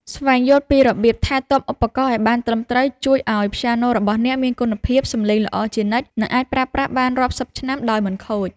ស្វែងយល់ពីរបៀបថែទាំឧបករណ៍ឱ្យបានត្រឹមត្រូវជួយឱ្យព្យ៉ាណូរបស់អ្នកមានគុណភាពសម្លេងល្អជានិច្ច និងអាចប្រើប្រាស់បានរាប់សិបឆ្នាំដោយមិនខូច។